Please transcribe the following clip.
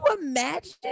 imagine